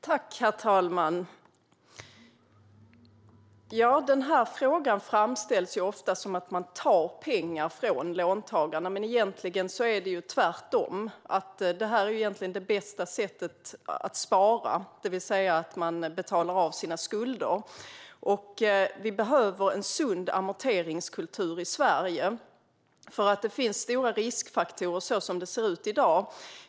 Herr talman! Denna fråga framställs ofta som att man tar pengar från låntagarna, men egentligen är det tvärtom. Detta - att betala av sina skulder - är det bästa sättet att spara. Vi behöver en sund amorteringskultur i Sverige. Som det ser ut i dag finns det nämligen stora riskfaktorer.